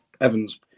Evans